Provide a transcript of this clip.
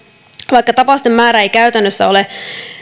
vaikka tapausten määrä ei käytännössä ole